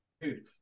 dude